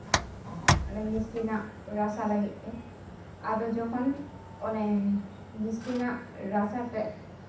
ᱚᱱᱮ ᱢᱤᱥᱴᱤ ᱨᱱᱟᱜ ᱨᱟᱥᱟ ᱞᱟᱹᱜᱤᱫ ᱛᱮ ᱟᱫᱚ ᱡᱚᱠᱷᱚᱱ ᱚᱱᱮ ᱢᱤᱥᱴᱤ ᱨᱮᱱᱟᱜ ᱨᱟᱥᱟ ᱛᱮᱫ